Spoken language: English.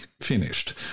finished